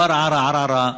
הכפר עארה-ערערה,